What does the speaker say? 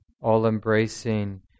all-embracing